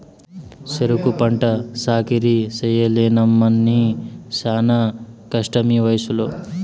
సెరుకు పంట సాకిరీ చెయ్యలేనమ్మన్నీ శానా కష్టమీవయసులో